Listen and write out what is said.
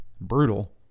brutal